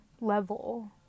level